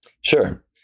Sure